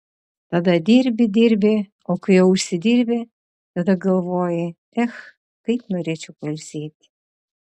tada dirbi dirbi o kai jau užsidirbi tada galvoji ech kaip norėčiau pailsėti